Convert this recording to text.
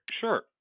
sure